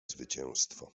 zwycięstwo